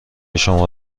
شما